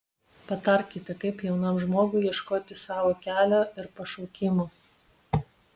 patarkite kaip jaunam žmogui ieškoti savo kelio ir pašaukimo